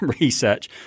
research